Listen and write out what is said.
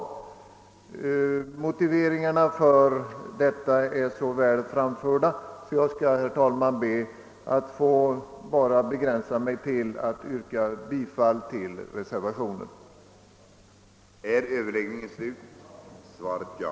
Motiveringarna för detta har redan så väl utvecklats att jag, herr tal man, vill begränsa mig till att yrka bifall till reservationen 1.